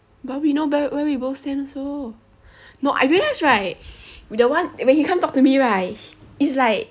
but we know where where we both stand also no I realise right the one when he come talk to me right it's like